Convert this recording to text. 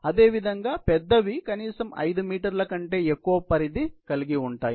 అదేవిధంగా పెద్దవి కనీసం 5 మీటర్ల కంటే ఎక్కువ పరిధి కలిగిఉంటాయి